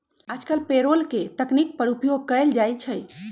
याजकाल पेरोल के तकनीक पर उपयोग कएल जाइ छइ